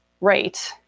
Right